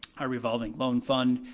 high revolving loan fund.